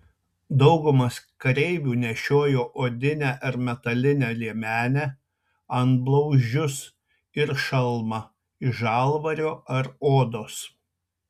daugumas kareivių nešiojo odinę ar metalinę liemenę antblauzdžius ir šalmą iš žalvario ar odos